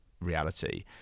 reality